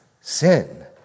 sin